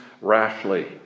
rashly